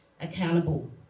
accountable